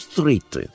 Street